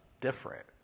different